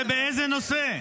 באיזה נושא?